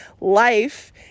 life